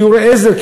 שיעורי עזר,